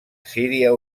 assíria